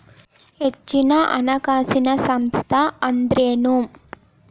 ಹೆಚ್ಚಿನ ಹಣಕಾಸಿನ ಸಂಸ್ಥಾ ಅಂದ್ರೇನು?